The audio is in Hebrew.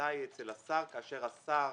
וההחלטה אצל השר, כאשר השר